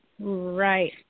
Right